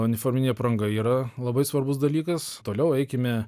o uniforminė apranga yra labai svarbus dalykas toliau eikime